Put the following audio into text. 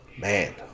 man